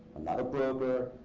i'm not a broker.